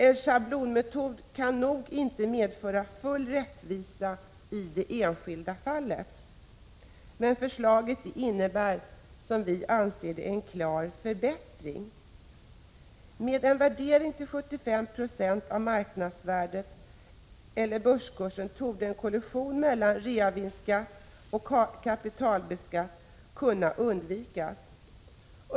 En schablonmetod kan nog inte medföra full rättvisa i det enskilda fallet. Men förslaget innebär, som vi ser det, en klar förbättring. Med en värdering till 75 70 av marknadsvärdet eller av börskursen torde en kollision mellan reavinstsskatt och kapitalvinstsskatt kunna undvikas.